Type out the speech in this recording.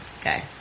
okay